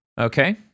Okay